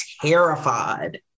terrified